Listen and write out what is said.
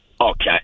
Okay